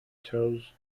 chose